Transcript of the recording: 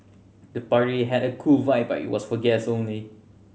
the party had a cool vibe but it was for guests only